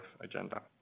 agenda